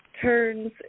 turns